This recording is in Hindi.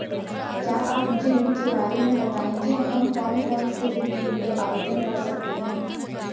क्या आप मुझे ऋण के बारे में बताएँगे हम कौन कौनसे ऋण के लिए आवेदन कर सकते हैं?